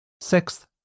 Sixth